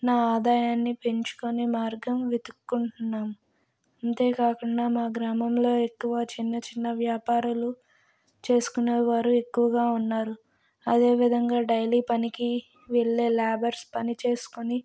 నా ఆదాయాన్ని పెంచుకొని మార్గం వెతుక్కుంటున్నాను అంతే కాకుండా మా గ్రామంలో ఎక్కువ చిన్నచిన్న వ్యాపారులు చేసుకునేవారు ఎక్కువగా ఉన్నారు అదేవిధంగా డైలీ పనికి వెళ్ళే లేబర్స్ పనిచేసుకొని